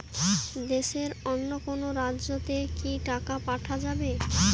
দেশের অন্য কোনো রাজ্য তে কি টাকা পাঠা যাবে?